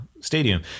stadium